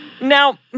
Now